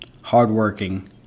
hardworking